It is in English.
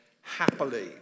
happily